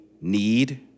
need